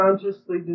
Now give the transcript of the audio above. consciously